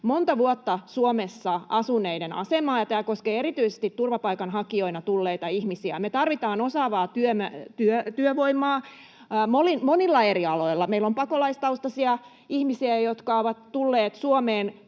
monta vuotta Suomessa asuneiden asemaa, ja tämä koskee erityisesti turvapaikanhakijoina tulleita ihmisiä. Me tarvitaan osaavaa työvoimaa monilla eri aloilla. Meillä on pakolaistaustaisia ihmisiä, jotka ovat tulleet Suomeen,